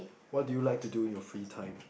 what do you like to do in your free time